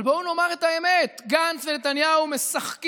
אבל בואו נאמר את האמת: גנץ ונתניהו משחקים